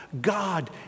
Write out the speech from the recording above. God